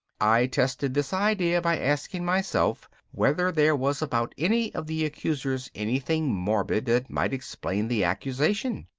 i tested this idea by asking myself whether there was about any of the accusers anything morbid that might explain the accusation.